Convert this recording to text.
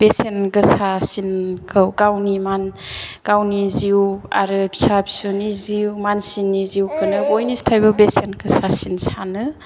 बेसेन गोसासिनखौ गावनि मान गावनि जिउ आरो फिसा फिसौनि जिउ मानसिनि जिउखौनो बयनिख्रुइफ्रायबो बेसेन गोसासिन सानो